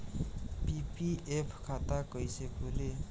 PPF खाता कैसे खुली?